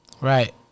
Right